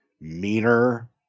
meaner